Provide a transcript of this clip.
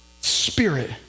spirit